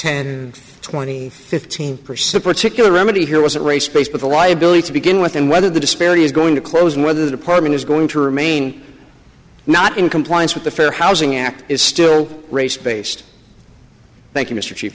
ten twenty fifteen percent particular remedy here wasn't race based but a liability to begin with and whether the disparity is going to close and whether the department is going to remain not in compliance with the fair housing act is still race based thank you mr ch